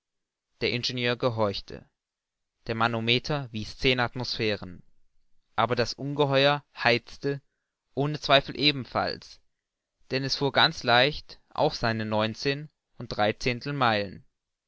der ingenieur gehorchte der manometer wies zehn atmosphären aber das ungeheuer heizte ohne zweifel ebenfalls denn es fuhr ganz leicht auch seine neunzehn und dreizehntel meilen